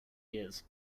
years